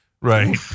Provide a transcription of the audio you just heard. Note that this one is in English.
Right